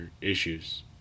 issues